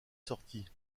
sorties